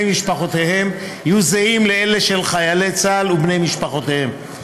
משפחותיהם יהיו זהות לאלה של חיילי צה"ל ובני משפחותיהם.